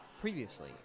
Previously